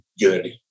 good